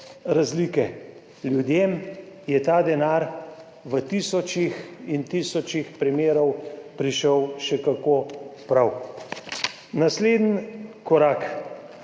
razlike. Ljudem je ta denar v tisočih in tisočih primerih prišel še kako prav. Naslednji korak: